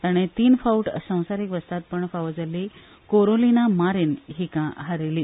ताणे तीन फावट संसारीक वस्तादपण फावो जाल्ली कोरोलीना मारीन हिका हारयली